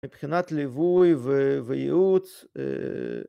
מבחינת ליווי וייעוץ